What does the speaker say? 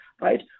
right